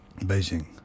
Beijing